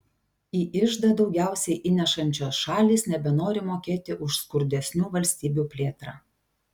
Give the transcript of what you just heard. į iždą daugiausiai įnešančios šalys nebenori mokėti už skurdesnių valstybių plėtrą